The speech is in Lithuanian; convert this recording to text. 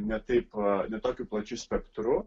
ne taip ne tokiu plačiu spektru